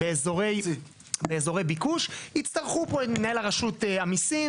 ובאזורי ביקוש יצטרכו את מנהל רשות המיסים